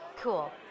Cool